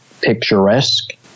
picturesque